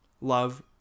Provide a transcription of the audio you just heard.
love